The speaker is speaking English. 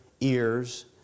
ears